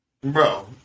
Bro